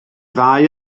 ddau